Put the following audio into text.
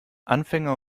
anfänger